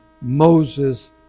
Moses